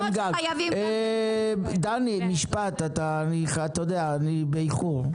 --- דני, משפט, אני באיחור.